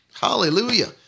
Hallelujah